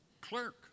clerk